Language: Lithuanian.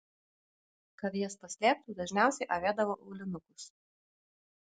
kad jas paslėptų dažniausiai avėdavo aulinukus